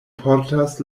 portas